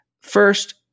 First